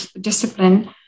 discipline